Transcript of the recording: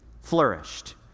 flourished